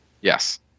Yes